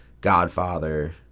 Godfather